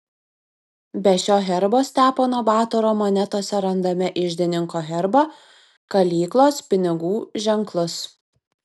be šio herbo stepono batoro monetose randame iždininko herbą kalyklos pinigų ženklus